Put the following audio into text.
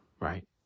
Right